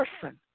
person